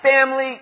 family